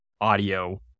audio